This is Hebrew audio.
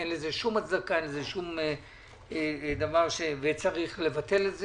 אין לזה שום הצדקה וצריך לבטל את זה.